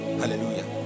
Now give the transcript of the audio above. hallelujah